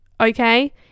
Okay